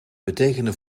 betekenen